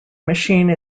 machine